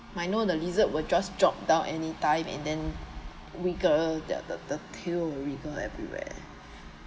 might know the lizard were drop down anytime and then wriggle their the the tail will wriggle everywhere